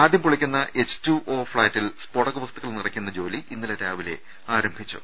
ആദ്യം പൊളിക്കുന്ന മൂറ ഫ്ളാറ്റിൽ സ്ഫോടക വസ്തുക്കൾ നിറയ്ക്കുന്ന ജോലി ഇന്നലെ രാവിലെ ആരംഭിച്ചു